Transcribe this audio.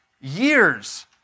years